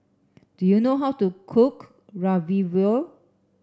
do you know how to cook Ravioli